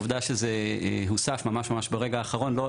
העובדה שזה הוסף ממש-ממש ברגע האחרון לא